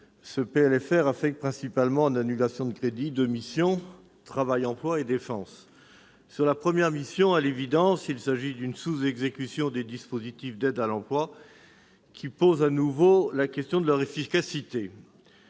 affecte principalement en annulations de crédit deux missions :« Travail et emploi » et « Défense ». Sur la première mission, à l'évidence, il s'agit d'une sous-exécution des dispositifs d'aide à l'emploi, qui pose de nouveau la question de leur efficacité.